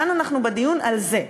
כאן אנחנו בדיון על זה,